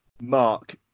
Mark